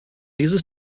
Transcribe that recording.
dieses